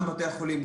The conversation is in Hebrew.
גם בתי החולים,